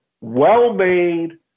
well-made